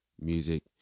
music